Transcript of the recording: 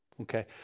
okay